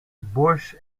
bush